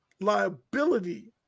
Liability